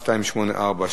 שאילתא מס' 1284,